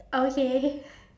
okay